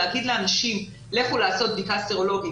להגיד לאנשים לכו לעשות בדיקה סרולוגית